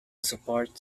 support